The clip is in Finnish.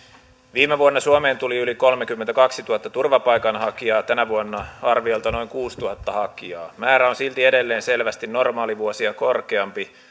viime vuonna suomeen tuli yli kolmekymmentäkaksituhatta turvapaikanhakijaa tänä vuonna arviolta noin kuusituhatta hakijaa määrä on silti edelleen selvästi normaalivuosia korkeampi